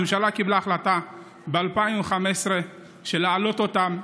הממשלה קיבלה החלטה ב-2015 להעלות אותם.